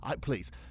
please